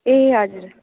ए हजुर